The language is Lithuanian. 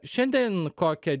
šiandien kokią